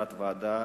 תת-ועדה